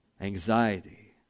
Anxiety